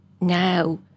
now